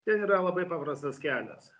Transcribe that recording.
ten yra labai paprastas kelias